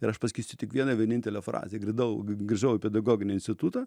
ir aš pasakysiu tik vieną vienintelę frazę grįdau grįžau į pedagoginį institutą